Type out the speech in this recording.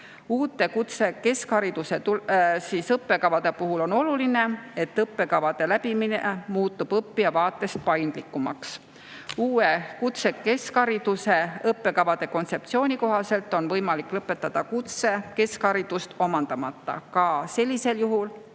Uute kutsekeskhariduse õppekavade puhul on oluline, et õppekavade läbimine muutub õppija vaatest paindlikumaks. Uue kutsekeskhariduse õppekavade kontseptsiooni kohaselt on võimalik lõpetada kutsekeskharidust omandamata ka sellisel juhul,